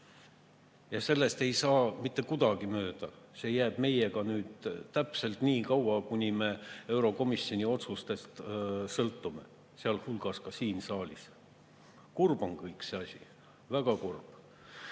Ja sellest ei saa mitte kuidagi mööda. See jääb meiega nüüd täpselt niikauaks, kuni me eurokomisjoni otsustest sõltume, sealhulgas ka siin saalis. Kurb on kõik see asi. Väga kurb!